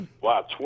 Wow